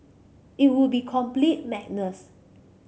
it would be complete madness